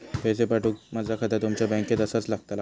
पैसे पाठुक माझा खाता तुमच्या बँकेत आसाचा लागताला काय?